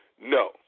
no